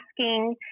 asking